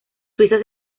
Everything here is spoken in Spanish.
suiza